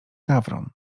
gawron